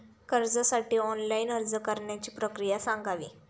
कर्जासाठी ऑनलाइन अर्ज करण्याची प्रक्रिया सांगावी